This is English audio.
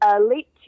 late